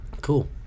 Cool